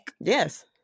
Yes